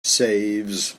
saves